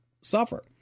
suffer